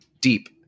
deep